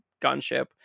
gunship